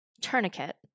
tourniquet